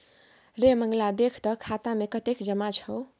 रे मंगला देख तँ खाता मे कतेक जमा छै